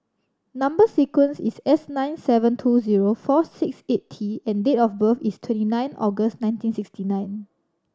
number sequence is S nine seven two zero four six eight T and date of birth is twenty nine August nineteen sixty nine